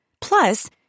Plus